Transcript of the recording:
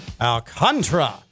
Alcantara